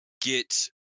get